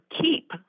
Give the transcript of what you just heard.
keep